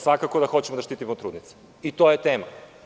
Svakako da hoćemo da štitimo trudnice i to je tema.